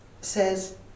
Says